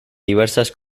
diversas